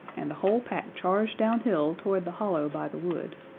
and the whole pack charged downhill toward the hollow by the wood.